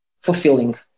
fulfilling